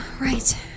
Right